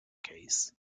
case